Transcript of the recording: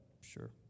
sure